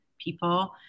people